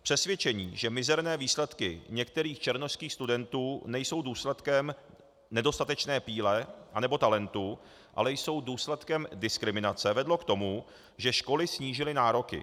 Přesvědčení, že mizerné výsledky některých černošských studentů nejsou důsledkem nedostatečné píle anebo talentu, ale jsou důsledkem diskriminace, vedlo k tomu, že školy snížily nároky.